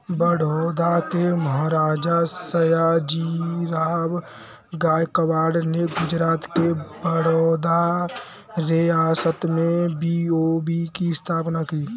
बड़ौदा के महाराजा, सयाजीराव गायकवाड़ ने गुजरात के बड़ौदा रियासत में बी.ओ.बी की स्थापना की